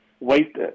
Wait